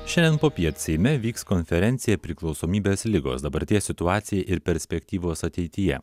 šiandien popiet seime vyks konferencija priklausomybės ligos dabarties situacija ir perspektyvos ateityje